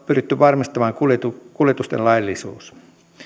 pyritty varmistamaan kuljetusten laillisuus